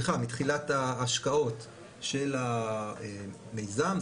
מתחילת ההשקעות של המיזם.